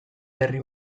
berri